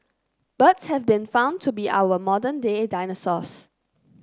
birds have been found to be our modern day dinosaurs